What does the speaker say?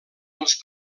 els